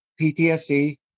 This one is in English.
PTSD